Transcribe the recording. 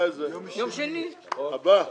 זה יהיה ביום שני הקרוב.